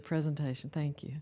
presentation thank you